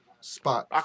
spot